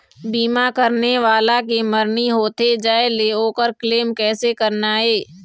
बीमा करने वाला के मरनी होथे जाय ले, ओकर क्लेम कैसे करना हे?